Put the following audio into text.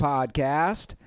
Podcast